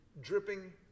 dripping